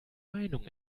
meinung